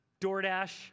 DoorDash